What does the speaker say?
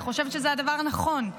אני חושבת שזה הדבר הנכון.